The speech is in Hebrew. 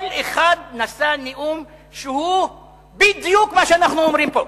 כל אחד נשא נאום שהוא בדיוק מה שאנחנו אומרים פה.